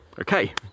Okay